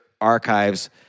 archives